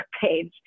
page